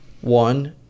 One